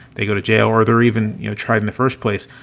they go to jail or they're even you know tried in the first place,